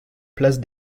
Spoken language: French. place